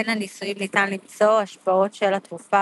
בין הניסויים ניתן למצוא השפעות של התרופה